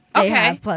Okay